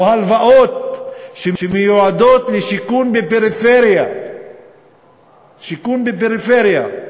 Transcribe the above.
או הלוואות שמיועדות לשיכון בפריפריה; שיכון בפריפריה,